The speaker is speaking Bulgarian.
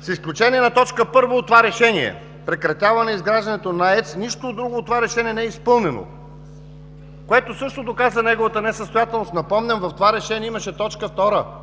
С изключение на точка първа от това решение – прекратяване изграждането на АЕЦ, нищо друго от това решение не е изпълнено, което също показва неговата несъстоятелност. Напомням, в това решение имаше точка втора, с която